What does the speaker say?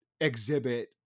exhibit